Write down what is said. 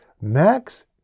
Max